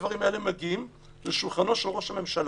הדברים האלה מגיעים לשולחנו של ראש הממשלה,